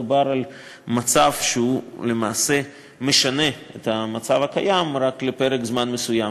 מדובר על מצב שלמעשה משנה את המצב הקיים רק לפרק זמן מסוים.